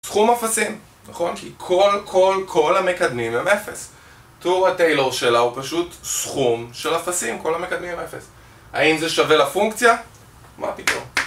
סכום אפסים, נכון? כי כל כל כל המקדמים הם אפס, טור הטיילור שלה הוא פשוט סכום של אפסים, כל המקדמים הם אפס. האם זה שווה לפונקציה? מה פתאום.